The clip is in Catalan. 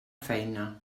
feina